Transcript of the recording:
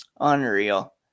Unreal